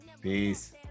Peace